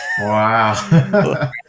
Wow